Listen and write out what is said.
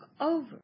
over